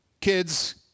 kids